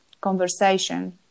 conversation